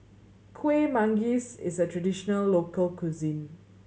Kueh Manggis is a traditional local cuisine